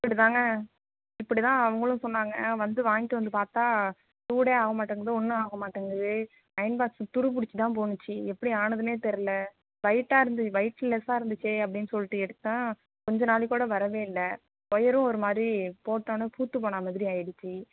இப்படி தாங்க இப்டி தான் அவங்களும் சொன்னாங்க வந்து வாங்கிட்டு வந்து பார்த்தா சூடே ஆக மாட்டங்குது ஒன்றும் ஆக மாட்டங்குது அயர்ன் பாக்ஸ் துரு பிடிச்சிதான் போணுச்சு எப்படி ஆணுதுனே தெரில வெயிட்டாக இருந்துது வெயிட் லெஸ்ஸாக இருந்துச்சே அப்படின்னு சொல்லிட்டு எடுத்தா கொஞ்ச நாளைக்கி கூட வரவே இல்லை ஒயரும் ஒரு மாதிரி போட்டவொன்னே பூத்து போன மாதிரி ஆயிடுச்சு